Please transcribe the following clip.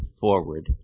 forward